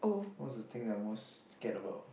what's the thing that I'm most scared about